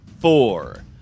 four